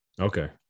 okay